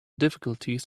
difficulties